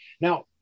Now